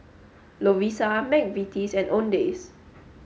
Lovisa McVitie's and Owndays